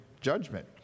judgment